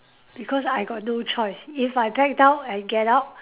because I got no choice because if I back down and get out